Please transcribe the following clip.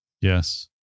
Yes